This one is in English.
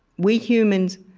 we humans,